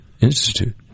Institute